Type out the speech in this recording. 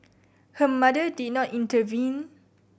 her mother did not intervene